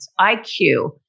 IQ